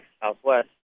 Southwest